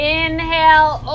inhale